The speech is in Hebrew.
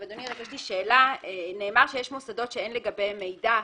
אדוני, נאמר שיש מוסדות שאין לגביהם מידע.